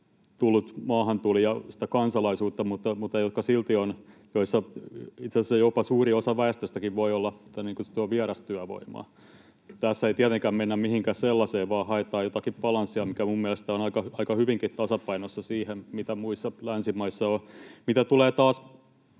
ei saa maahantulija sitä kansalaisuutta mutta joissa silti itse asiassa jopa suuri osa väestöstäkin voi olla niin kutsuttua vierastyövoimaa. Tässä ei tietenkään mennä mihinkään sellaiseen vaan haetaan jotakin balanssia, mikä minun mielestäni on aika hyvinkin tasapainossa verrattuna siihen, mitä muissa länsimaissa on. Mitä tulee taas